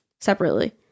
separately